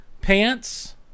pants